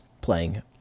playing